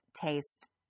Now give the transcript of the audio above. taste